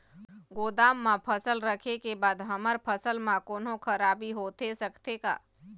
गोदाम मा फसल रखें के बाद हमर फसल मा कोन्हों खराबी होथे सकथे का?